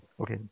okay